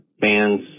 fans